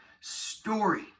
story